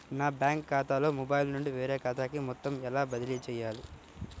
నా బ్యాంక్ ఖాతాలో మొబైల్ నుండి వేరే ఖాతాకి మొత్తం ఎలా బదిలీ చేయాలి?